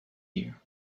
you